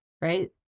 Right